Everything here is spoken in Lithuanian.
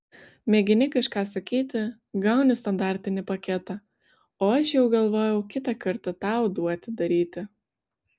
mėgini kažką sakyti gauni standartinį paketą o aš jau galvojau kitą kartą tau duoti daryti